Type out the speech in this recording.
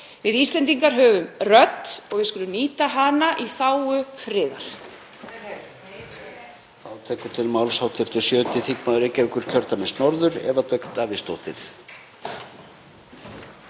Við Íslendingar höfum rödd og við skulum nýta hana í þágu friðar.